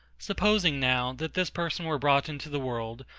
supposing now, that this person were brought into the world,